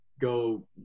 Go